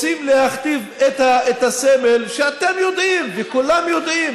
רוצים להכתיב את הסמל, שאתם יודעים וכולם יודעים